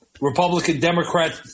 Republican-Democrat